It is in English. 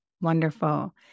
Wonderful